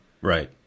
Right